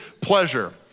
pleasure